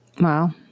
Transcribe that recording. Wow